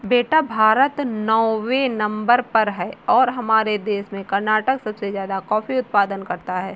बेटा भारत नौवें नंबर पर है और हमारे देश में कर्नाटक सबसे ज्यादा कॉफी उत्पादन करता है